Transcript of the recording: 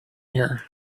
here